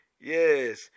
yes